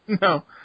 No